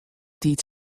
tiid